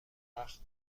سخت